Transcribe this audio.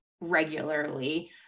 regularly